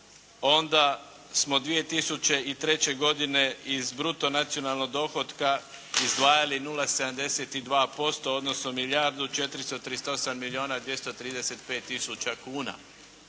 onda smo 2003. godine iz bruto nacionalnog dohotka izdvajali 0,72% odnosno milijardu